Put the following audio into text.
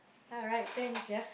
ah right thanks ya